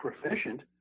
proficient